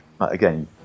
Again